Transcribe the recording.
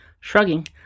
Shrugging